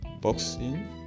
boxing